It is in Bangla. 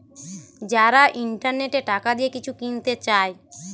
যারা ইন্টারনেটে টাকা দিয়ে কিছু কিনতে চায়